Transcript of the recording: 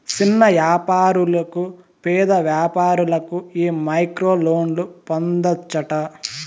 సిన్న యాపారులకు, పేద వ్యాపారులకు ఈ మైక్రోలోన్లు పొందచ్చట